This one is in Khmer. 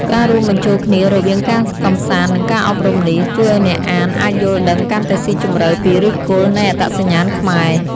ការរួមបញ្ចូលគ្នារវាងការកម្សាន្ត និងការអប់រំនេះ ជួយឲ្យអ្នកអានអាចយល់ដឹងកាន់តែស៊ីជម្រៅពីឫសគល់នៃអត្តសញ្ញាណខ្មែរ។